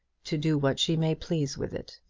to do what she may please with it.